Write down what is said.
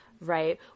Right